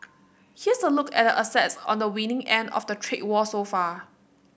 here's a look at the assets on the winning end of the trade war so far